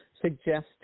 suggest